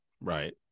Right